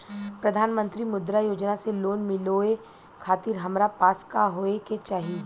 प्रधानमंत्री मुद्रा योजना से लोन मिलोए खातिर हमरा पास का होए के चाही?